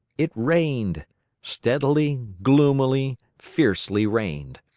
it rained steadily, gloomily, fiercely rained.